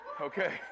Okay